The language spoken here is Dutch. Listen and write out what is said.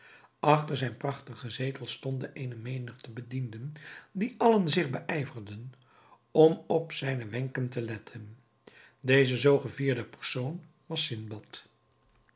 achter zijn prachtigen zetel stonden eene menigte bedienden die allen zich beijverden om op zijne wenken te letten deze zoo gevierde persoon was sindbad